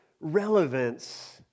relevance